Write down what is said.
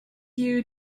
you